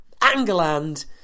Angerland